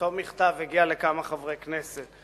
שאותו מכתב הגיע לכמה חברי כנסת,